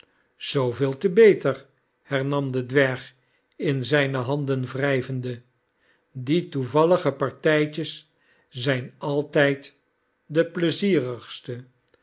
zooveel te beter hernam de dwerg in zijne handen wrijvende die toevallige partijtjes zijn altijd de